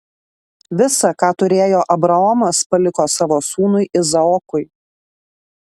visa ką turėjo abraomas paliko savo sūnui izaokui